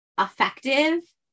effective